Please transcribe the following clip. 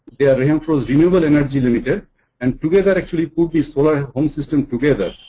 yeah rahimafrooz renewable energy limited and together, actually, put the solar home system together.